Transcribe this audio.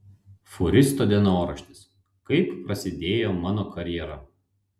fūristo dienoraštis kaip prasidėjo mano karjera